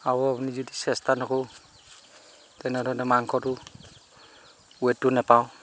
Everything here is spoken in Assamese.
আৰু আপুনি যদি চেষ্টা নকওঁ তেনেধৰণে মাংসটো ৱেটটো নাপাওঁ